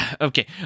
Okay